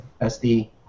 SD